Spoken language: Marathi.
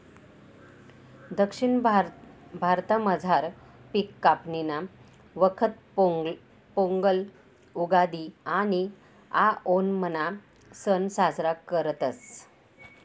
दक्षिण भारतामझार पिक कापणीना वखत पोंगल, उगादि आणि आओणमना सण साजरा करतस